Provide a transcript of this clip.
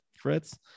fritz